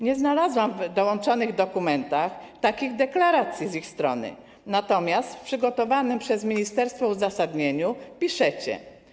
Nie znalazłam w dołączonych dokumentach takich deklaracji z ich strony, natomiast w przygotowanym przez ministerstwo uzasadnieniu piszecie: